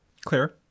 Clear